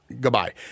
goodbye